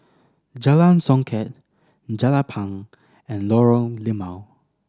Jalan Songket Jelapang and Lorong Limau